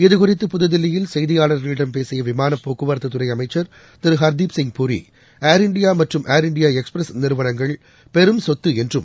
இதுகுறித்து புதுதில்லியில் செய்தியாளர்களிடம் பேசியவிமானப் போக்குவரத்துத்துறைஅமைச்சர் திருஹர்தீப்சிங் பூரி ஏர் இண்டியாமற்றும் ஏர் இண்டியாஎக்ஸ்பிரஸ் நிறுவனங்கள் பெரும் சொத்துஎன்றும்